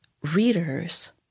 readers